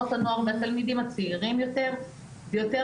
בנות הנוער מהתלמידים הצעירים יותר ויותר